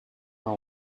our